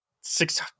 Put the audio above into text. six